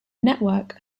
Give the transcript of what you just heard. network